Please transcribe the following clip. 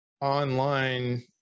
online